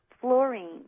fluorine